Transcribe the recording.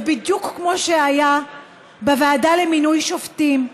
זה בדיוק כמו שהיה בוועדה למינוי שופטים,